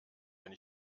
wenn